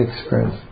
experience